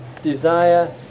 desire